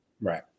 Right